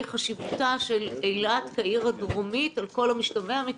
חשיבותה של אילת כעיר הדרומית על כל המשתמע מכך,